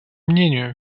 мнению